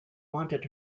wanted